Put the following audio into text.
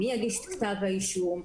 מי יגיש את כתב האישום,